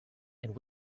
and